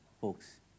folks